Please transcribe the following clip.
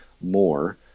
more